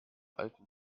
alten